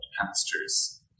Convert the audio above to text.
pastures